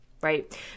right